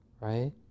right